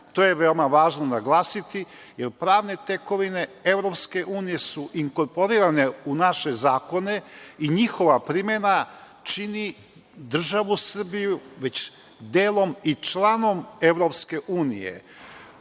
To je veoma važno naglasiti, jer pravne tekovine EU su inkorporirane u naše zakone i njihova primena čini državu Srbiju već delom i članom